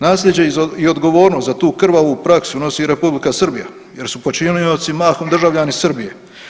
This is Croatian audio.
Nasljeđe i odgovornost za tu krvavu praksu nosi i Republika Srbija jer su počinioci mahom državljani Srbije.